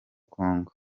congo